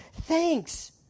thanks